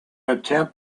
attempt